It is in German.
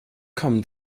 kommen